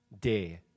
day